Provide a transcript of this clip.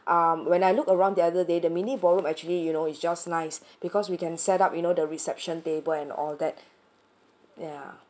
um so I think um when I looked around the other day the mini ballroom actually you know it's just nice because we can set up you know the reception table and all that ya